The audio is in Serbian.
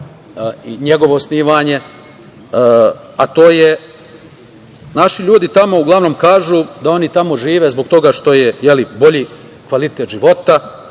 njegovo osnivanje, a to je, naši ljudi tamo uglavnom kažu da oni tamo žive zbog toga što je bolji kvalitet života,